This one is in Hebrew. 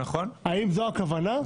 האם זו הכוונה?